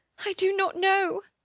i do not know!